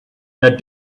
that